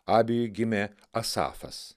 abijui gimė asafas